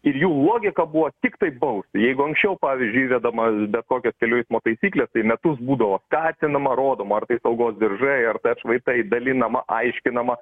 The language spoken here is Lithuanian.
ir jų logika buvo tiktai bausti jeigu anksčiau pavyzdžiui įvedama bet kokios kelių eismo taisyklės tai metus būdavo skatinama rodoma ar tai saugos diržai ar atšvaitai dalinama aiškinama